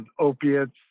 opiates